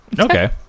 Okay